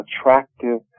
attractive